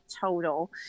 total